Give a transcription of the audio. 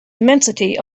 immensity